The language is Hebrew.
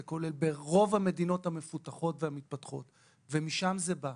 זה ברוב המדינות המפותחות והמתפתחות ומשם זה בא.